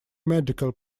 medical